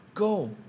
go